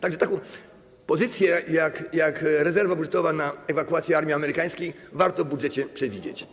Tak że taką pozycję jak rezerwa budżetowa na ewakuację armii amerykańskiej warto w budżecie przewidzieć.